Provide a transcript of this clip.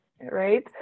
right